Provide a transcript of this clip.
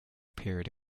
period